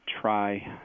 try